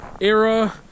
era